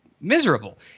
miserable